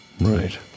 Right